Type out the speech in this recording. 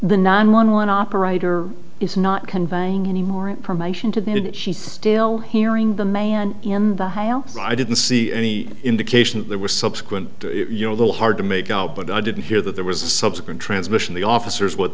the nine one one operator is not conveying any more information to the unit she's still hearing the man in the house i didn't see any indication there was subsequent you know a little hard to make out but i did hear that there was a subsequent transmission the officers what